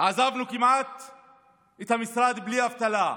עזבנו את המשרד כמעט בלי אבטלה.